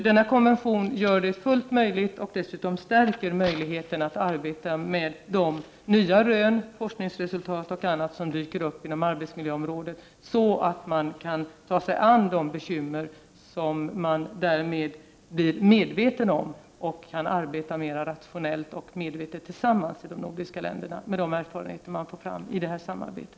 Denna konvention gör det fullt utförbart och ökar dessutom möjligheterna att arbeta med de nya rön, forskningsresultat och annat som dyker upp inom arbetsmiljöområdet, så att man kan ta sig an de bekymmer som man därmed blir medveten om. Man kan arbeta mera rationellt och medvetet tillsammans med de andra länderna utifrån de erfarenheter man får genom samarbetet.